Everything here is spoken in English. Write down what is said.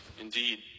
indeed